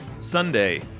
Sunday